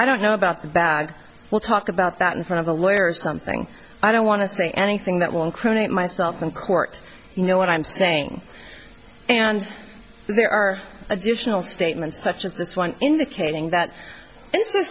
i don't know about the bag we'll talk about that in front of the lawyers something i don't want to say anything that will incriminate myself in court you know what i'm saying and there are additional statements such as this one indicating that th